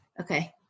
Okay